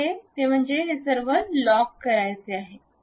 ते म्हणजे हे सर्व लॉक करायचे आहे